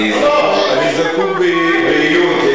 אני זקוק, בעיון.